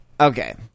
Okay